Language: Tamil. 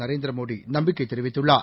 நரேந்திரமோடிநம்பிக்கைதெரிவித்துள்ளார்